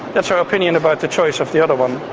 that's her opinion about the choice of the other one.